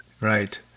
Right